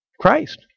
Christ